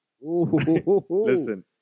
listen